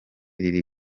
riri